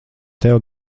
tev